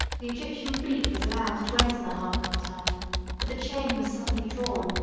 the egyptian fleet was allowed to enter the harbor of tyre but the chain was suddenly drawn,